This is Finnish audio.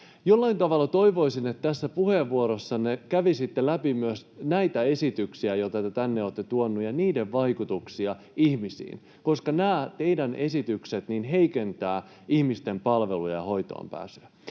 Jollain tavalla toivoisin, että puheenvuorossanne kävisitte läpi myös näitä esityksiä, joita te tänne olette tuonut, ja niiden vaikutuksia ihmisiin, koska nämä teidän esityksenne heikentävät ihmisten palveluja ja hoitoonpääsyä.